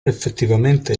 effettivamente